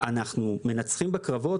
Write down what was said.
העולם עגול והכנסת עגולה.